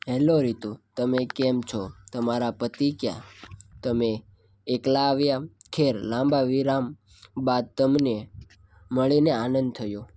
hello Ritu તમે કેમ છો તમારા પતિ ક્યાં તમે એકલાં આવ્યાં ખેર લાંબા વિરામ બાદ તમને મળીને આનંદ થયો